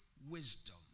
wisdom